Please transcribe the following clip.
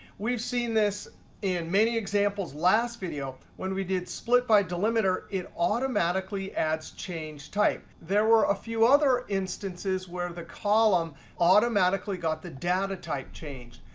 we've seen this in many examples last video when we did split by delimeter, it automatically adds change type. there were a few other instances where the column automatically got the data type changed.